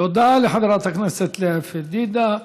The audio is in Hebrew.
תודה לחברת הכנסת לאה פדידה.